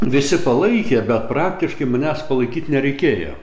visi palaikė bet praktiškai manęs palaikyt nereikėjo